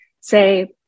say